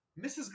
Mrs